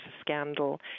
scandal